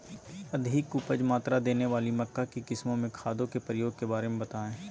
अधिक उपज मात्रा देने वाली मक्का की किस्मों में खादों के प्रयोग के बारे में बताएं?